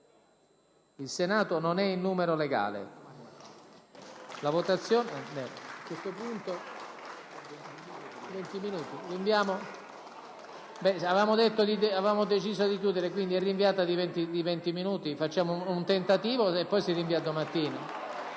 il Senato non è in numero legale.